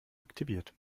aktiviert